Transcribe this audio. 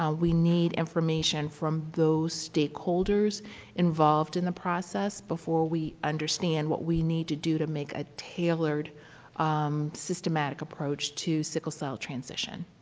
um we need information from those stakeholders involved in the process before we understand what we need to do to make a tailored systematic approach to sickle cell transition.